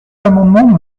l’amendement